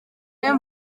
ayo